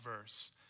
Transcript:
verse